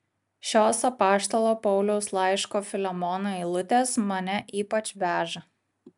šios apaštalo pauliaus laiško filemonui eilutės mane ypač veža